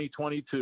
2022